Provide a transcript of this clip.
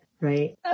right